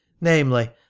namely